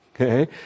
Okay